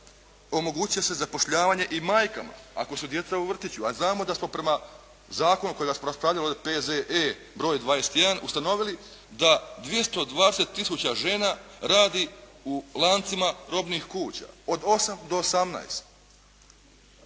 Omogućit će se zapošljavanje i majkama ako su djeca u vrtiću, a znamo da smo prema zakonu koji smo ovdje raspravljali ovdje P.Z.E. br. 21 ustanovili da 220 tisuća žena radi u lancima robnih kuća od 8 do 18.